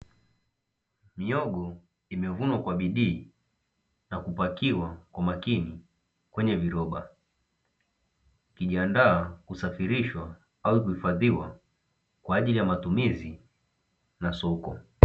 Mihogo imevunwa kwa bidii na kupakiwa kwa umakini kwenye viroba ikijianda kusafirishwa au kuhifadhiwa kwa ajili ya matumizi ya soko.